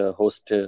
host